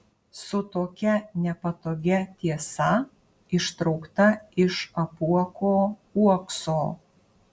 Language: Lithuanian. su tokia nepatogia tiesa ištraukta iš apuoko uokso